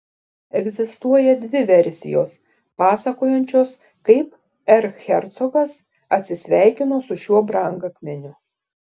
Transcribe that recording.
egzistuoja dvi versijos pasakojančios kaip erchercogas atsisveikino su šiuo brangakmeniu